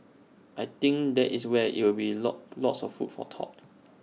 I think that is where IT will lot lots of food for thought